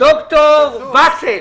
ד"ר וסל,